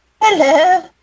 Hello